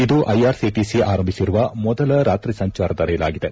ಇದು ಐಆರ್ಸಿಟಿಸಿ ಆರಂಭಿಸಿರುವ ಮೊದಲ ರಾತ್ರಿ ಸಂಚಾರದ ರೈಲಾಗಿದೆ